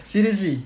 seriously